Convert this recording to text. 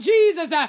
Jesus